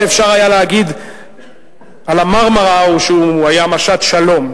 שהיה אפשר להגיד על ה"מרמרה" הוא שהוא היה משט שלום.